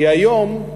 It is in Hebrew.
כי היום,